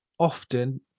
often